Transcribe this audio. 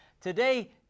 Today